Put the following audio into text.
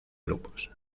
grupos